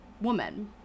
woman